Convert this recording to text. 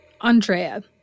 Andrea